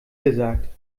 gesagt